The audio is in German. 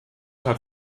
hat